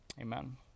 amen